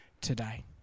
today